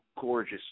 gorgeous